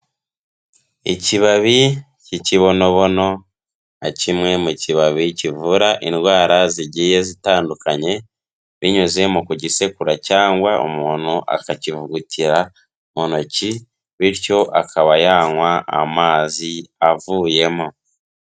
Ikibabi cy'ikibonobono, nka kimwe mu kibabi kivura indwara zigiye zitandukanye, binyuze mu kugisekura cyangwa umuntu akakivungukira mu ntoki, bityo akaba yanywa amazi avuyemo.